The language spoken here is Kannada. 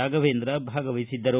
ರಾಫವೇಂದ್ರ ಭಾಗವಹಿಸಿದ್ದರು